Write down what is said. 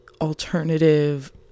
alternative